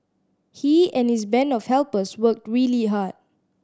he and his band of helpers worked really hard